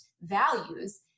values